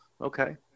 okay